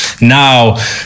now